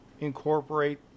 incorporate